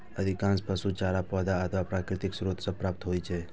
अधिकांश पशु चारा पौधा अथवा प्राकृतिक स्रोत सं प्राप्त होइ छै